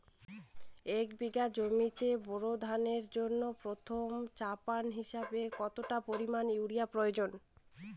এক বিঘা জমিতে বোরো ধানের জন্য প্রথম চাপান হিসাবে কতটা পরিমাণ ইউরিয়া প্রয়োজন?